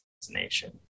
destination